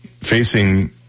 facing